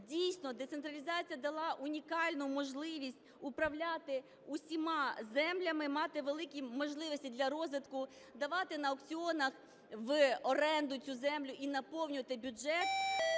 дійсно децентралізація дала унікальну можливість управляти усіма землями, мати великі можливості для розвитку, давати на аукціонах в оренду цю землю і наповнювати бюджет,